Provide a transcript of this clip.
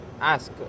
ask